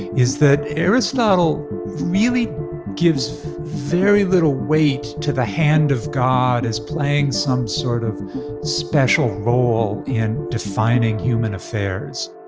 is that aristotle really gives very little weight to the hand of god as playing some sort of special role in defining human affairs.